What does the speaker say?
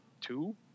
Two